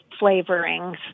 flavorings